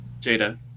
Jada